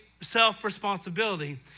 self-responsibility